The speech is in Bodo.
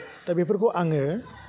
दा बेफोरखौ आङो